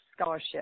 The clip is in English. Scholarship